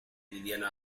liliana